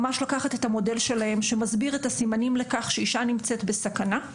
ממש לקחת את המודל שלהם שמסביר את הסימנים לכך שאישה נמצאת בסכנה,